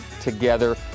together